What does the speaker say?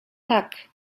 tak